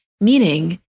meaning